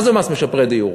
מה זה מס משפרי דיור?